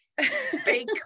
fake